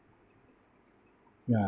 ya